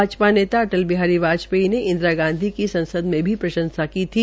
भाजपा नेता अटल बिहारी वाजपेयी ने इंदिरा गांधी की संसद में प्रंशसा की थी